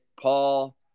Paul